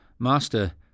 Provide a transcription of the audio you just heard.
Master